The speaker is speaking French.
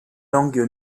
langue